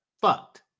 fucked